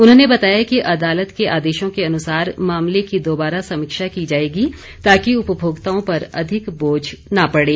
उन्होंने बताया कि अदालत के आदेशों के अनुसार मामले की दोबारा समीक्षा की जाएगी ताकि उपभोक्ताओं पर अधिक बोझ न पड़े